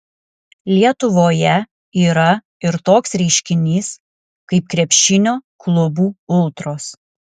lietuvoje yra ir toks reiškinys kaip krepšinio klubų ultros